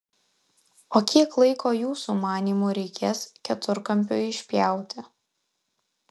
o kiek laiko jūsų manymu reikės keturkampiui išpjauti